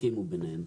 הסכימו ביניהם.